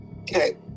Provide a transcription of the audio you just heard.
okay